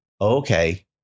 okay